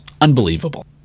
Unbelievable